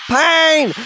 pain